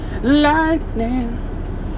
lightning